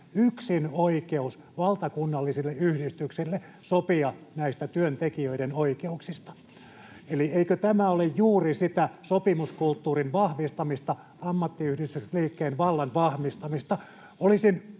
yksinoikeus valtakunnallisille yhdistyksille sopia näistä työntekijöiden oikeuksista. Eli eikö tämä ole juuri sitä sopimuskulttuurin vahvistamista, ammattiyhdistysliikkeen vallan vahvistamista?